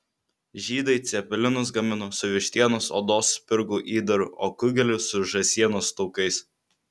žydai cepelinus gamino su vištienos odos spirgų įdaru o kugelį su žąsienos taukais